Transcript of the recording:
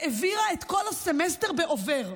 העבירה את כל הסמסטר בעובר,